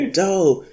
dope